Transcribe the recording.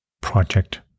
project